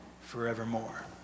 forevermore